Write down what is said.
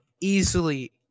easily